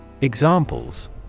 Examples